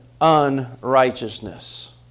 unrighteousness